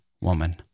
Woman